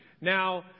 Now